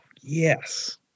yes